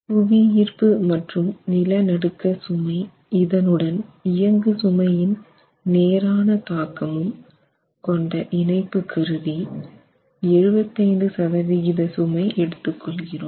புவியீர்ப்பு மற்றும் நிலநடுக்க சுமை இதனுடன் இயங்க சுமையின் நேரான தாக்கமும் கொண்ட இணைப்பு கருதி 75 சதவிகித சுமை எடுத்துக்கொள்கிறோம்